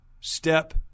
step